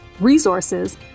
resources